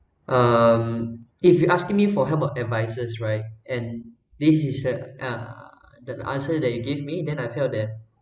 um if you asking me for how about advices right and this is that ah the answer that you give me then I felt that